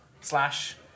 Slash